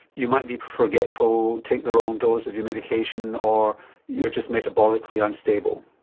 you might be forgetful, take the wrong dosage of your medication, or you're just metabolically unstable?